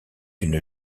une